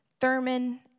Thurman